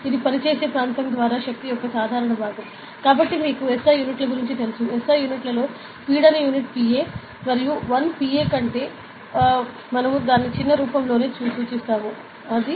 ఇది పనిచేసే ప్రాంతం ద్వారా శక్తి యొక్క సాధారణ భాగం కాబట్టి మీకు S I యూనిట్లు తెలుసు S I యూనిట్లలో పీడన యూనిట్ Pa మరియు 1 Pa కంటే 1 Pa అంటే మనం దానిని చిన్న రూపంలో సూచిస్తాము 1 N m2